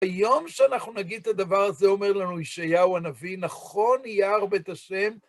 היום שאנחנו נגיד את הדבר הזה, אומר לנו ישעיהו הנביא, נכון יער בית השם,